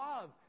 love